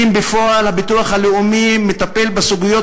אם בפועל הביטוח הלאומי מטפל בסוגיות